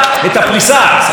היא רוצה גיוון,